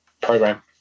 program